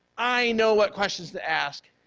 i know what questions to ask.